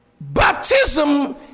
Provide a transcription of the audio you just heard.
baptism